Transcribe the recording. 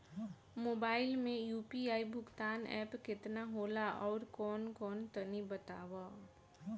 Mobile म UPI भुगतान app केतना होला आउरकौन कौन तनि बतावा?